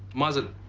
mazel.